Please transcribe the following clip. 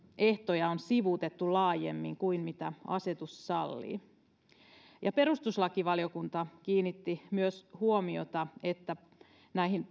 ehtoja on sivuutettu laajemmin kuin mitä asetus sallii myös perustuslakivaliokunta kiinnitti huomiota näihin